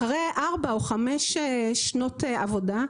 אחרי ארבע או חמש שנות עבודה,